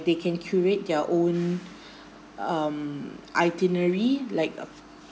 they can curate their own um itinerary like uh